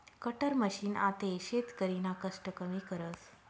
cutter machine आते शेतकरीना कष्ट कमी करस